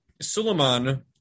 Suleiman